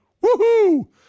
Woo-hoo